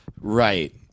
Right